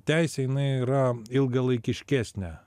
teisė jinai yra ilgalaikiškesnė